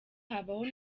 haba